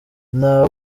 nta